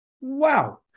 wow